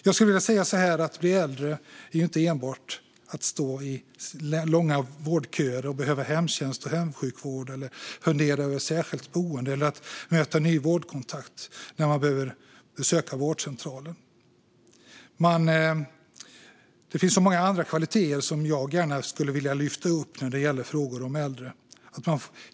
Jag skulle vilja säga så här: Att bli äldre är inte enbart att stå i långa vårdköer, behöva hemtjänst och hemsjukvård, fundera över särskilt boende eller möta nya vårdkontakter när man behöver besöka vårdcentralen. Det finns många andra kvaliteter som jag skulle vilja lyfta upp när det gäller frågor om äldre.